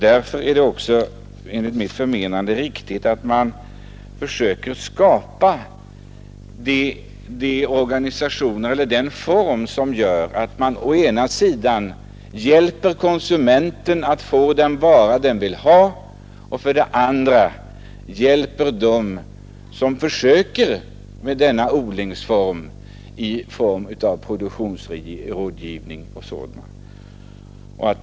Därför är det enligt mitt förmenande riktigt att man försöker skapa en ordning som gör att man å ena sidan hjälper konsumenten att få den vara han vill ha och å andra sidan hjälper dem som försöker med denna odlingsform genom produktionsrådgivning och sådant.